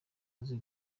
azi